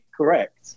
correct